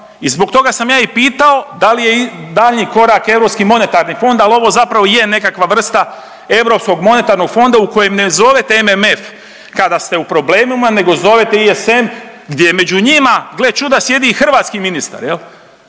i zbog toga sam i ja pitao da li je daljnji korak Europski monetarni fond, ali ovo zapravo i je nekakva vrsta Europskog monetarnog fonda u kojem ne zovete MMF kada ste u problemima nego zovete ISM gdje među njima gle čuda sjedi i hrvatski ministar jel,